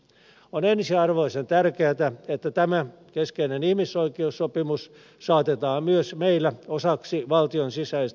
on ensiarvoisen tärkeätä että tämä keskeinen ihmisoikeussopimus saatetaan myös meillä osaksi valtion sisäistä oikeutta